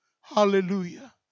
Hallelujah